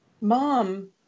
mom